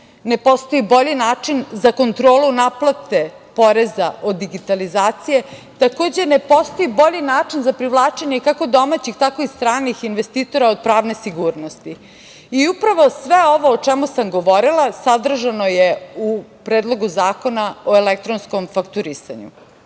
ne postoji bolji način za kontrolu naplate poreza od digitalizacije, takođe ne postoji bolji način za privlačenje kako domaćih, tako i stranih investitora od pravne sigurnosti. Upravo sve ovo o čemu sam govorila sadržano je u Predlogu zakona o elektronskom fakturisanju.